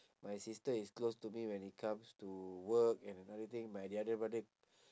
my sister is close to me when it comes to work and another thing my the other brother